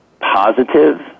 positive